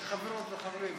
מברוכ.